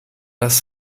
das